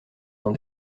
dans